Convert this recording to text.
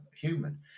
human